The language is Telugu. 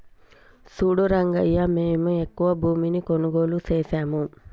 సూడు రంగయ్యా మేము ఎక్కువ భూమిని కొనుగోలు సేసాము